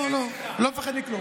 לא מפחד כלום.